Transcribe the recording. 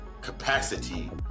capacity